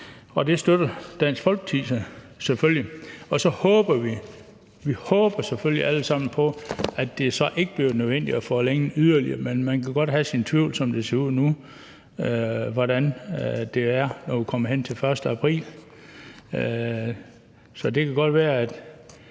Det støtter Dansk Folkeparti selvfølgelig, og så håber vi alle sammen på, at det ikke bliver nødvendigt at forlænge yderligere. Men man kan godt have sin tvivl, som det ser ud nu, om, hvordan det er, når vi kommer hen til 1. april. Så det kan godt være, at